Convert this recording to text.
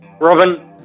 Robin